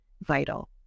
vital